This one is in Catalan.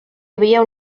havia